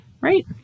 right